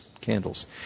candles